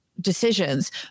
decisions